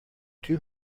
two